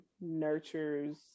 nurtures